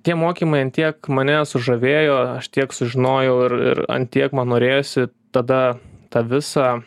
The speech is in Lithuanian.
tie mokymai ant tiek mane sužavėjo aš tiek sužinojau ir ir ant tiek man norėjosi tada tą visą